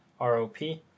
ROP